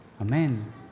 Amen